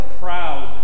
proud